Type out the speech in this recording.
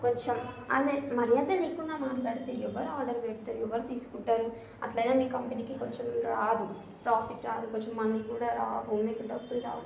కొంచెం ఆయన మర్యాద లేకుండా మాట్లాడితే ఎవరు ఆర్డర్ పెడతారు ఎవరు తీసుకుంటారు అట్లనే మీ కంపెనీకి కొంచెం రాదు ప్రాఫిట్ రాదు కొంచెం మనీ కూడా రావు మీకు డబ్బులు రావు